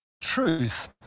truth